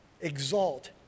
Exalt